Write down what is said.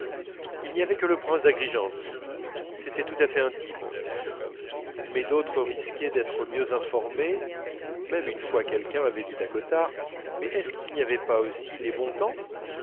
il n'y avait que le prince d'agrigente c'était tout à fait intime mais d'autres risquaient d'être mieux informés même une fois quelqu'un avait dit à cottard mais est-ce qu'il n'y avait pas aussi les bontemps